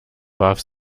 warf